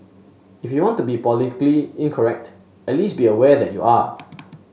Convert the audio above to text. if you want to be politically incorrect at least be aware that you are